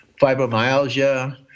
fibromyalgia